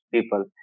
people